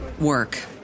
work